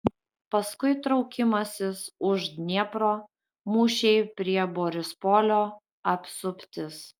paskui traukimasis už dniepro mūšiai prie borispolio apsuptis